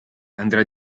andrà